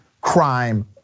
crime